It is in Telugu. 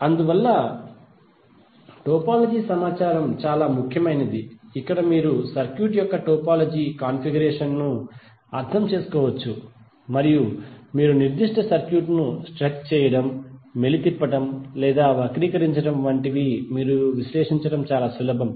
అందువల్ల టోపోలాజీ సమాచారం చాలా ముఖ్యమైనది ఇక్కడ మీరు సర్క్యూట్ యొక్క టోపోలాజీ కాన్ఫిగరేషన్ ను అర్థం చేసుకోవచ్చు మరియు మీరు నిర్దిష్ట సర్క్యూట్ను స్ట్రెచ్ చేయడం మెలి తిప్పడం లేదా వక్రీకరించడం వంటివి మీరు విశ్లేషించడం సులభం